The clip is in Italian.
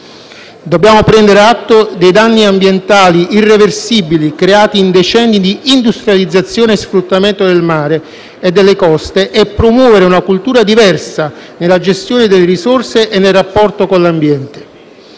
Dobbiamo prendere atto dei danni ambientali irreversibili creati in decenni di industrializzazione e sfruttamento del mare e delle coste, e promuovere una cultura diversa nella gestione delle risorse e nel rapporto con l'ambiente.